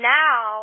now